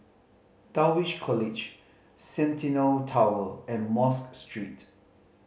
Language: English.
Dulwich College Centennial Tower and Mosque Street